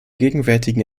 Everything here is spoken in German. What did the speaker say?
gegenwärtigen